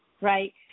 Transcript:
Right